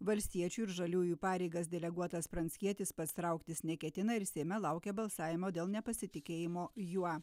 valstiečių ir žaliųjų pareigas deleguotas pranckietis pats trauktis neketina ir seime laukia balsavimo dėl nepasitikėjimo juo